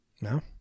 no